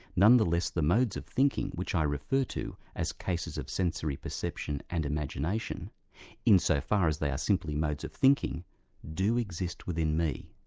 nonetheless the modes of thinking which i refer to as cases of sensory perception and imagination in so far as they are simply modes of thinking do exist within me.